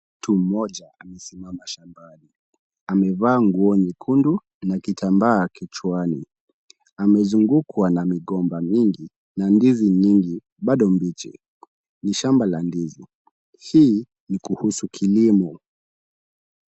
Mtu mmoja amesimama shambani. Amevaa nguo nyekundu na kitambaa kichwani. Amezungukwa na migomba mingi na ndizi nyingi bado mbichi. Ni shamba la ndizi. Hii ni kuhusu kilimo.